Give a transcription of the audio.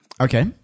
Okay